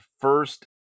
first